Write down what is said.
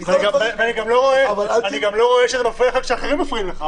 אני גם לא רואה שזה מפריע לך כשאחרים מפריעים לך,